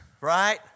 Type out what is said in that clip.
right